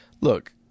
look